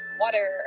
water